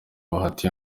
bahati